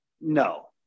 No